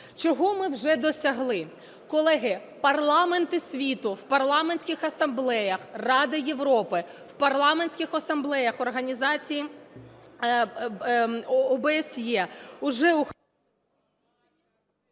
Чого ми вже досягли? Колеги, парламенти світу в парламентських асамблеях Ради Європи, в парламентських асамблеях Організації… ОБСЄ уже…